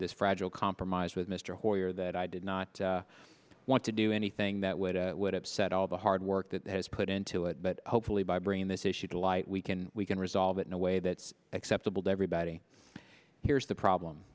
this fragile compromise with mr hoyer that i did not want to do anything that would would upset all the hard work that has put into it but hopefully by bringing this issue to light we can we can resolve it in a way that's acceptable to everybody here's the problem